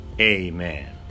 amen